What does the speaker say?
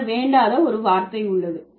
பின்னர் வேண்டாத ஒரு வார்த்தை உள்ளது